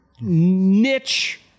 Niche